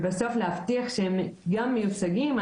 ובסוף להבטיח שהם גם מיוצגים.